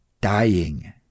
dying